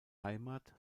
heimat